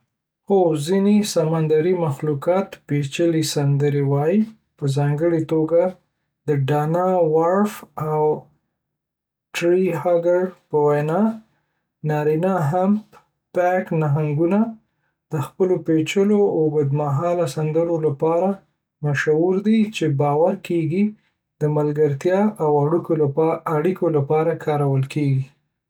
هو، ځینې سمندري مخلوقات پیچلې سندرې وايي. په ځانګړي توګه، د ډانا وارف او ټری هاګر په وینا، نارینه همپ بیک نهنګونه د خپلو پیچلو او اوږدمهاله سندرو لپاره مشهور دي، چې باور کیږي د ملګرتیا او اړیکو لپاره کارول کیږي.